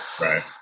Right